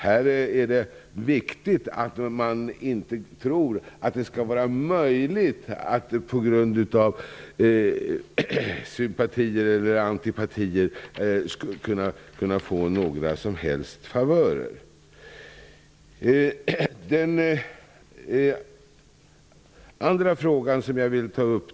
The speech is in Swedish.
Det är viktigt att man inte tror att det är möjligt att få favörer på grund av sympatier eller antipatier.